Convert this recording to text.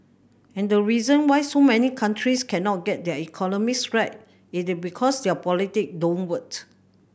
and the reason why so many countries cannot get their economies right it is because their politic don't work